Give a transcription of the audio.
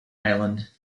island